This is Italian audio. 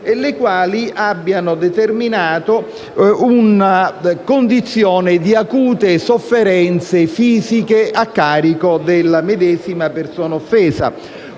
che abbiano determinato una condizione di acute sofferenze fisiche a carico della medesime persona offesa,